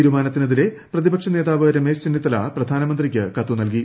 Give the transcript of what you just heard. തീരുമാനത്തിനെതിരെ പ്രതിപക്ഷ നേതാവ് രമേശ് ചെന്നിത്തല പ്രധാനമന്ത്രിക്ക് കത്ത് നൽകി